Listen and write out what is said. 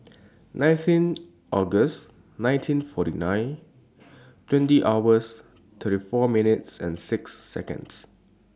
nineteen August nineteen forty nine twenty hours thirty four minutes six Seconds